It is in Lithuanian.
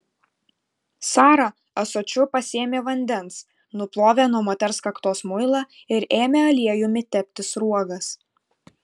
sara ąsočiu pasėmė vandens nuplovė nuo moters kaktos muilą ir ėmė aliejumi tepti sruogas